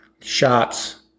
shots